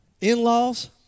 In-laws